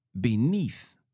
beneath